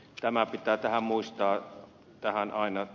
tämä pitää muistaa aina